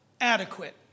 Adequate